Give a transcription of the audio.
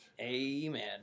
amen